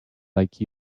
like